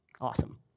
awesome